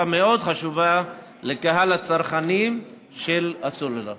מאוד חשובה לקהל הצרכנים של הסלולר.